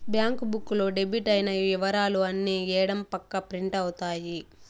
bank book లో debit అయిన ఇవరాలు అన్ని ఎడం పక్క ప్రింట్ అవుతాయి